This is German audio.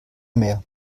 mehr